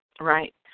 right